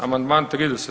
Amandman 30.